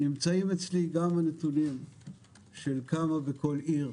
נמצאים אצלי גם הנתונים של כמה בכל עיר